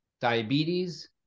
diabetes